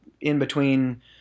in-between